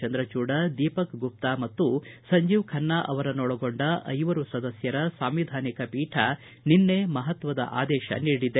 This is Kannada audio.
ಚಂದ್ರಚೂಡ ದೀಪಕ್ ಗುಪ್ತಾ ಮತ್ತು ಸಂಜೀವ್ ಖನ್ನಾ ಅವರನ್ನೊಳಗೊಂಡ ಐವರು ಸದಸ್ಯರ ಸಾಂವಿಧಾನಿಕ ಪೀಠ ನಿನ್ನೆ ಮಹತ್ವದ ಆದೇಶ ನೀಡಿದೆ